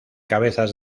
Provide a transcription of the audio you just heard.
cabezas